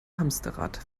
hamsterrad